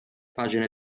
pagine